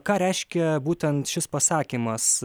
ką reiškia būtent šis pasakymas